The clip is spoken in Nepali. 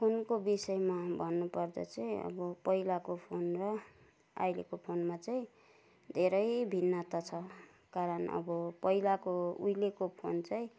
फोनको बिषयमा भन्नु पर्दा चाहिँ अब पहिलाको फोन र अहिलेको फोनमा चाहिँ धेरै भिन्नाता छ कारण अब पहिलाको उहिलेको फोन चाहिँ